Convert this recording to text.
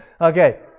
Okay